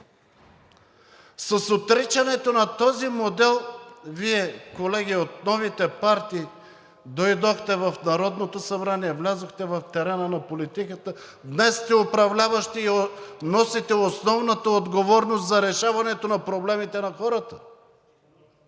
С отричането на този модел Вие, колеги, от новите партии, дойдохте в Народното събрание, влязохте в терена на политиката, днес сте управляващи и носите основната отговорност за решаването на проблемите на хората.